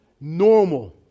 normal